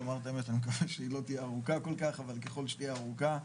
אני מקווה שהיא לא תהיה ארוכה כל כך אבל ככל שתהיה ארוכה,